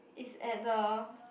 is at the